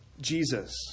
Jesus